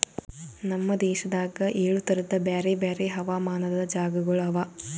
ನಮ್ ದೇಶದಾಗ್ ಏಳು ತರದ್ ಬ್ಯಾರೆ ಬ್ಯಾರೆ ಹವಾಮಾನದ್ ಜಾಗಗೊಳ್ ಅವಾ